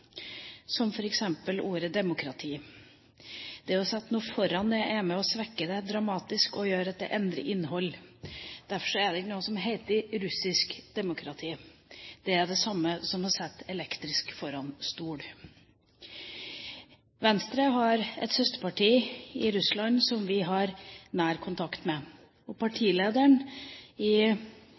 som f.eks. ordet «demokrati». Det å sette noe foran det, er med på å svekke det dramatisk og gjør at det endrer innhold. Derfor er det ikke noe som heter «russisk demokrati». Det er det samme som å sette «elektrisk» foran «stol». Venstre har et søsterparti i Russland som vi har nær kontakt med. Partilederen i